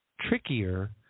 trickier